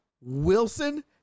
Wilson